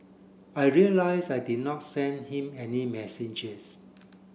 I realise I did not send him any messages